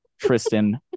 Tristan